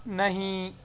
نہیں